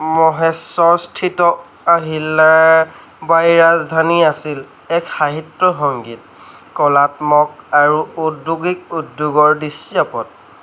মহেশ্বৰস্থিত অহিল্যা বাইৰ ৰাজধানী আছিল এক সাহিত্য সংগীত কলাত্মক আৰু উদ্যোগিক উদ্যোগৰ দৃশ্যপট